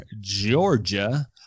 Georgia